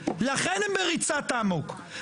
לכן הם בריצת אמוק,